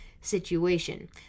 situation